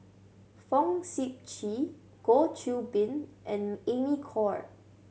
Fong Sip Chee Goh Qiu Bin and Amy Khor